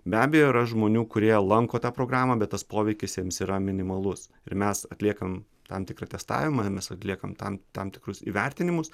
be abejo yra žmonių kurie lanko tą programą bet tas poveikis jiems yra minimalus ir mes atliekam tam tikrą testavimą mes atliekam tam tam tikrus įvertinimus